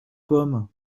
pommes